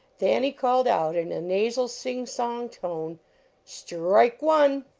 thanny called out in a nasal, sing-song tone strike one!